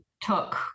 took